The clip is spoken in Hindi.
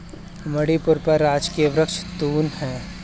मणिपुर का राजकीय वृक्ष तून है